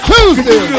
Tuesday